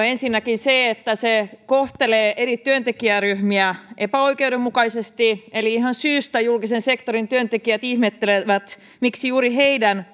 ensinnäkin se että se kohtelee eri työntekijäryhmiä epäoikeudenmukaisesti eli ihan syystä julkisen sektorin työntekijät ihmettelevät miksi juuri heidän